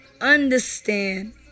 understand